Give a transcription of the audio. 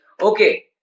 Okay